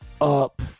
up